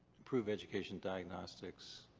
improve education, diagnostics,